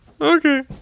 Okay